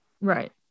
Right